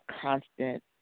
constant